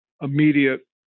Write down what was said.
immediate